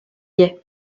gay